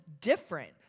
different